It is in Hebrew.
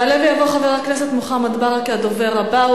יעלה ויבוא חבר הכנסת מוחמד ברכה, הדובר הבא.